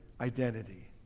identity